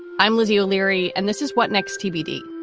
i'm lizzie o'leary. and this is what next tbd?